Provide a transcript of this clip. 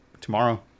tomorrow